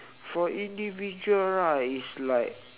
for individual right it's like